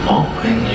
open